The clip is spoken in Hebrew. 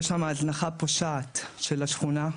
יש שם הזנחה פושעת של השכונה.